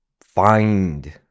find